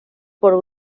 por